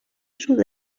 sud